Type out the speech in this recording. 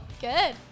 Good